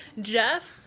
Jeff